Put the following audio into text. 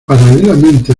paralelamente